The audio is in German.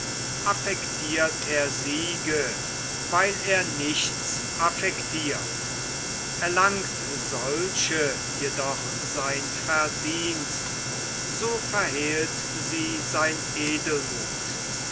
affektirt er siege weil er nichts affektirt erlangt solche jedoch sein verdienst so verhehlt sie sein edelmuth